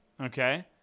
Okay